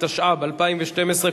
התשע"ב 2012,